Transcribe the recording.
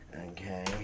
Okay